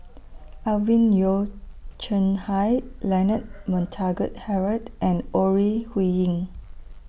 Alvin Yeo Khirn Hai Leonard Montague Harrod and Ore Huiying